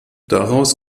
daraus